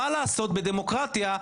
מה לעשות שבדמוקרטיה,